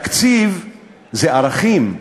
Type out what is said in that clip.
תקציב זה ערכים,